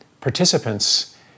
participants